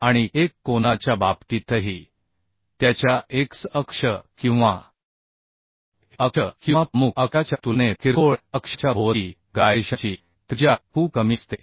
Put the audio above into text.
आणि एक कोनाच्या बाबतीतही त्याच्या x अक्ष किंवा y अक्ष किंवा प्रमुख अक्षाच्या तुलनेत किरकोळ अक्षाच्या भोवती गायरेशनची त्रिज्या खूप कमी असते